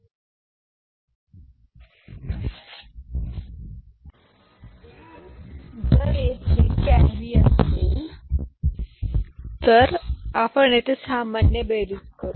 जर तेथे एखादे कॅरी असेल तर आपण येथे सामान्य बेरीज करू